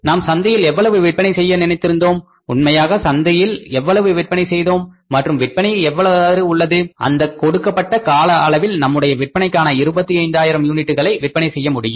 நாம் சந்தையில் எவ்வளவு விற்பனை செய்ய நினைத்திருந்தோம் உண்மையாக சந்தையில் எவ்வளவு விற்பனை செய்தோம் மற்றும் விற்பனை எவ்வாறு உள்ளது அந்த கொடுக்கப்பட்ட கால அளவில் நம்முடைய விற்பனைக்கான 25ஆயிரம் யூனிட்டுகளை விற்பனை செய்ய முடியும்